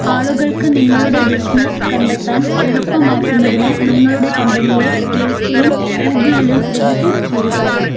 ആളുകൾക്ക് നിങ്ങളുടെ ബിസിനസ് കണ്ടെത്താൻ എളുപ്പമാക്കുന്നതിന് നിങ്ങളുടെ കമ്പനിയെ യെൽപ്പിലും ഗൂഗിളിലും രജിസ്റ്റർ ചെയ്യുക